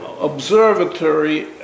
observatory